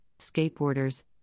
skateboarders